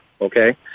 okay